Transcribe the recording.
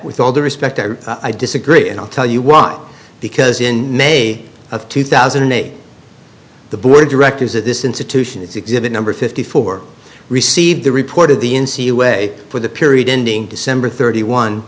with all due respect i disagree and i'll tell you why because in may of two thousand and eight the board directors of this institution it's exhibit number fifty four received the report of the n c a away for the period ending december thirty one